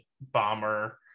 bomber